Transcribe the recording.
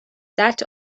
that